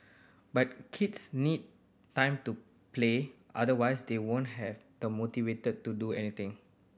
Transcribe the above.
but kids need time to play otherwise they won't have the motivate to do anything